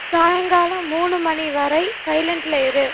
சாயங்காலம் மூணு மணி வரை சைலன்ட்டில் இரு